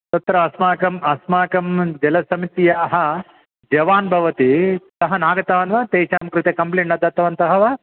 तत्र अस्माकम् अस्माकं जलसमित्याः जवान् भवति सः नागतवान् वा तेषां कृते कम्प्लेण्ड् न दत्तवन्तः वा